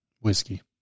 Whiskey